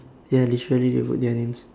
ya literally he put their names